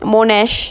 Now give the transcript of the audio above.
monash